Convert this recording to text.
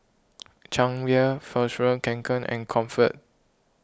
Chang Beer Fjallraven Kanken and Comfort